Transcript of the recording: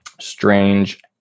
strange